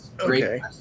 okay